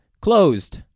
closed